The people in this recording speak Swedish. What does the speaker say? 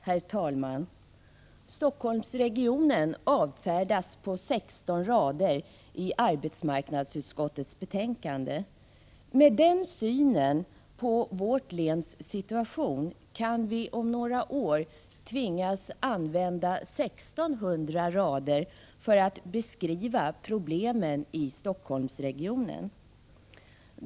Herr talman! Stockholmsregionen avfärdas på 16 rader i arbetsmarknadsutskottets betänkande. En sådan syn på vårt läns situation leder till att vi om några år kan tvingas använda 1 600 rader för att beskriva problemen i Stockholmsregionen.